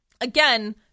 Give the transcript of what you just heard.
Again